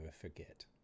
forget